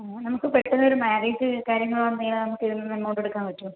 ഓ നമുക്ക് പെട്ടെന്ന് ഒരു മാര്യേജ് കാര്യങ്ങളോ വന്ന് കഴിഞ്ഞാൽ നമുക്ക് ഇതിൽ നിന്ന് എമൗണ്ട് എടുക്കാൻ പറ്റുമോ